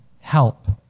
help